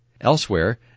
Elsewhere